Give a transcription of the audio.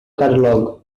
catalogue